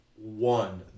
One